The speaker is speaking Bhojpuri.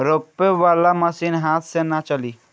रोपे वाला मशीन हाथ से ना चली